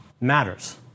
matters